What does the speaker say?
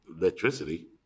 electricity